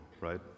right